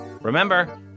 Remember